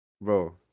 Bro